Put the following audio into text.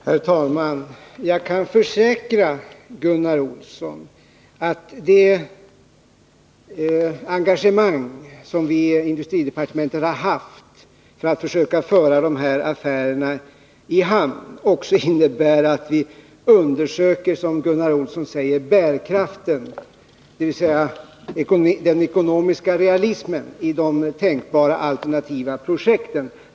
Herr talman! Jag kan försäkra Gunnar Olsson att det engagemang som vi i industridepartementet har haft för att försöka föra dessa affärer i hamn också innebär att vi undersöker, som Gunnar Olsson säger, bärkraften — dvs. den ekonomiska realismen — i de tänkbara alternativa projekten.